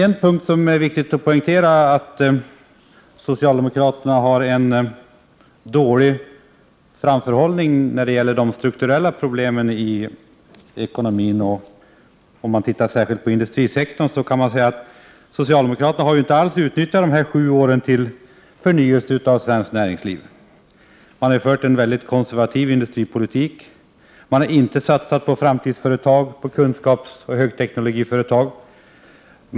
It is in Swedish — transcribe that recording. En viktig sak att poängtera är att socialdemokraterna har dålig framförhållning när det gäller de strukturella problemen i ekonomin. Särskilt i fråga om industrisektorn kan man säga att socialdemokraterna inte alls har utnyttjat de här sju åren till förnyelse av svenskt näringsliv. De har fört en mycket konservativ industripolitik. Man har inte satsat på framtidsföretag, kunskapsoch högteknologiföretag.